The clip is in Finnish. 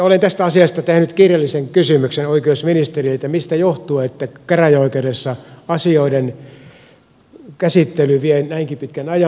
olen tästä asiasta tehnyt kirjallisen kysymyksen oikeusministerille että mistä johtuu että käräjäoikeudessa asioiden käsittely vie näinkin pitkän ajan